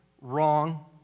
Wrong